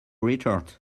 retort